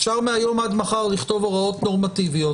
אפשר מהיום עד מחר לכתוב הוראות נורמטיביות,